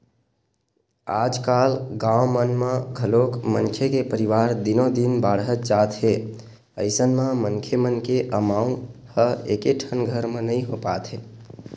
आजकाल गाँव मन म घलोक मनखे के परवार दिनो दिन बाड़हत जात हे अइसन म मनखे मन के अमाउ ह एकेठन घर म नइ हो पात हे